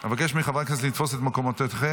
אבקש מחברי הכנסת לתפוס את מקומותיהם.